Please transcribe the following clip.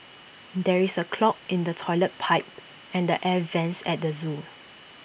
there is A clog in the Toilet Pipe and the air Vents at the Zoo